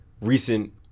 recent